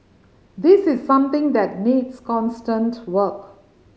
this is something that needs constant work